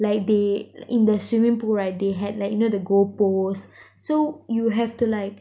like they in the swimming pool right they had like you know the goal poles so you have to like